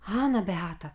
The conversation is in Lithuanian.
ana beata